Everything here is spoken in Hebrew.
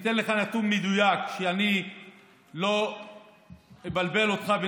אתן לך נתון מדויק כדי שלא אבלבל אותך,